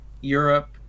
europe